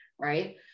right